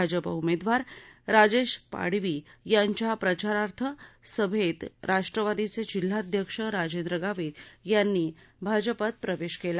भाजपा उमेदवार राजेश पाडवी यांच्या प्रचार सभेत राष्ट्रवादीचे जिल्हाध्यक्ष राजेंद्र गावित यांनी भाजपात प्रवेश केला